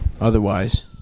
otherwise